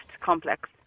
complex